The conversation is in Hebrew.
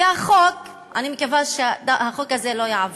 כי החוק, אני מקווה שהחוק הזה לא יעבור,